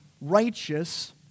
righteous